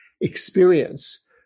experience